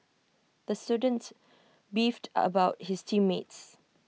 the students beefed about his team mates